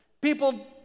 People